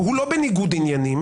והוא לא בניגוד עניינים